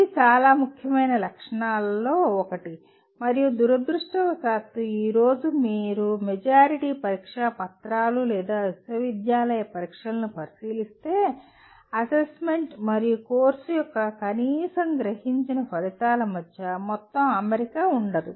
ఇది చాలా ముఖ్యమైన లక్షణాలలో ఒకటి మరియు దురదృష్టవశాత్తు ఈ రోజు మీరు మెజారిటీ పరీక్షా పత్రాలు లేదా విశ్వవిద్యాలయ పరీక్షలను పరిశీలిస్తే అసెస్మెంట్ మరియు కోర్సు యొక్క కనీసం గ్రహించిన ఫలితాల మధ్య మొత్తం అమరిక ఉండదు